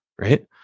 right